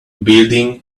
building